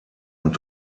und